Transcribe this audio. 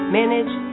manage